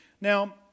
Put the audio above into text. Now